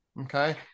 Okay